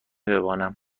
بمانم